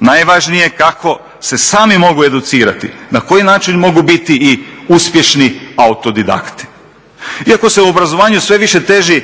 najvažnije je kako se sami mogu educirati, na koji način mogu biti i uspješni autodidakti. Iako se u obrazovanju sve više teži